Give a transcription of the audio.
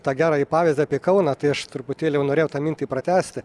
tą gerąjį pavyzdį apie kauną tai aš truputėlį jau norėjau tą mintį pratęsti